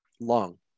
long